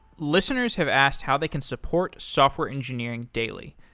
listeners have asked how they can support software engineering daily.